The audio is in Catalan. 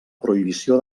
prohibició